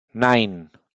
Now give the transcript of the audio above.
nine